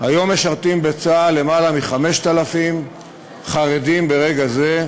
היום משרתים בצה"ל למעלה מ-5,000 חרדים ברגע זה,